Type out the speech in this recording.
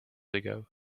ago